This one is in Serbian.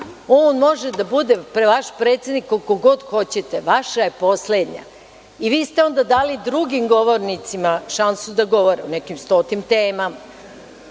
može da bude vaš predsednik koliko god hoćete, vaša je poslednja. Vi ste onda dali drugim govornicima šansu da govore o nekim stotim temama.